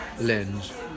Len's